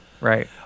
Right